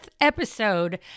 episode